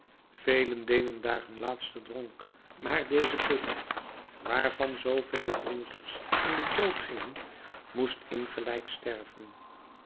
velen deden daar hun laatsten dronk maar deze put waarvan zoovele drinkers in den dood gingen moest insgelijks sterven